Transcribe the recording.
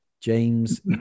James